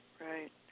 right